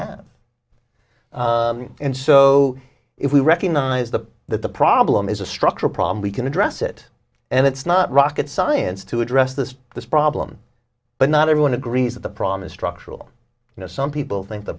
have and so if we recognize the that the problem is a structural problem we can address it and it's not rocket science to address this this problem but not everyone agrees that the problem is structural you know some people think the